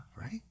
right